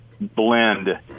blend